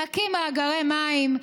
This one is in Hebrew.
להקים מאגרי מים,